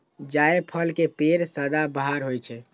जायफल के पेड़ सदाबहार होइ छै